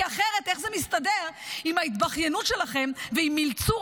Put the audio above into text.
כי אחרת איך זה מסתדר עם ההתבכיינות שלכם ועם מלצור